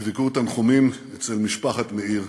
בביקור תנחומים אצל משפחת מאיר,